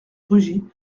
rugy